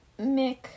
Mick